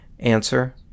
answer